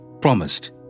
promised